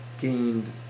gained